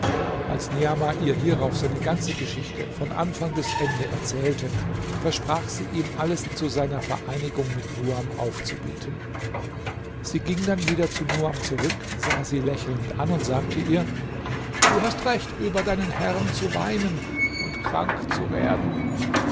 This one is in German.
als niamah ihr hierauf seine ganze geschichte von anfang bis zu ende erzählte versprach sie ihm alles zu seiner vereinigung mit nuam aufzubieten sie ging dann wieder zu nuam zurück sah sie lächelnd an und sagte ihr du hast recht über deinen herrn zu weinen und krank zu werden